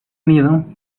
unido